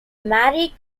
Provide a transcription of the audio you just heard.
married